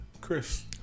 Chris